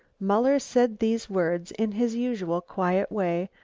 muller said these words in his usual quiet way,